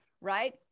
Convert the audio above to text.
right